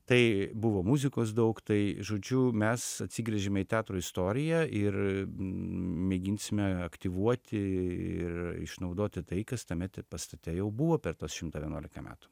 tai buvo muzikos daug tai žodžiu mes atsigręžėme į teatro istoriją ir mėginsime aktyvuoti ir išnaudoti tai kas tame pastate jau buvo per tuos šimtą vienuolika metų